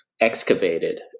excavated